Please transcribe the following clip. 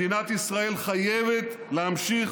מדינת ישראל חייבת להמשיך